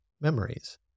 memories